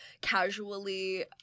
casually